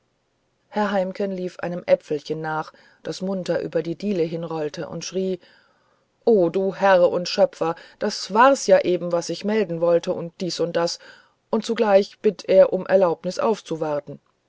herr heimken lief einem äpfelchen nach das munter über die diele hinrollte und schrie o du herr und schöpfer das war's ja eben was ich melden wollte und dies und das und zugleich bittet er ja um erlaubnis aufzuwarten